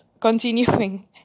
continuing